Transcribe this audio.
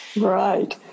Right